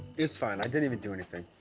it's fine. i didn't even do anything.